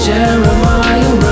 Jeremiah